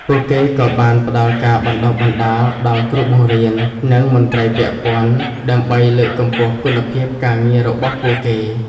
ពួកគេក៏បានផ្តល់ការបណ្តុះបណ្តាលដល់គ្រូបង្រៀន និងមន្ត្រីពាក់ព័ន្ធ ដើម្បីលើកកម្ពស់គុណភាពការងាររបស់ពួកគេ។